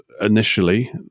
initially